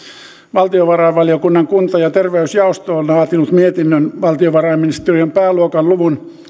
valtiovarainvaliokunnan kunta ja terveysjaosto on laatinut mietinnön valtiovarainministeriön pääluokan luvun